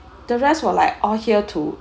the rest were like all here to